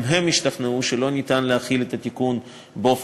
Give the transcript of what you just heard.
גם הם השתכנעו שלא ניתן להחיל את התיקון באופן